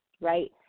right